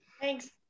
Thanks